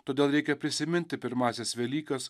todėl reikia prisiminti pirmąsias velykas